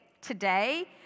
today